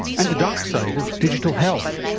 and the dark side of digital health.